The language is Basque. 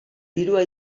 dirua